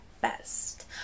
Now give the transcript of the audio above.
best